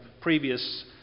previous